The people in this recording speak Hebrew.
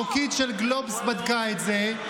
המשרוקית של גלובס בדקה את זה,